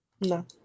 No